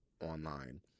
online